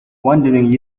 wandering